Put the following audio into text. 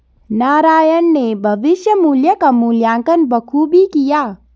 नारायण ने भविष्य मुल्य का मूल्यांकन बखूबी किया